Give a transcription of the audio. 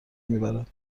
میبرد